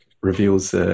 reveals